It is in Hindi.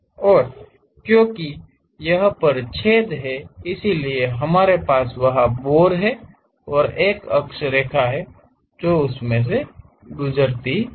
और क्योंकि यह पर छेद है इसलिए हमारे पास वहां बोर है और एक अक्ष रेखा है जो उस से गुजरती है